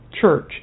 church